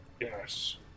Yes